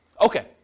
Okay